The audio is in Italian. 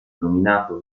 nominato